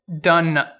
done